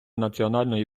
національної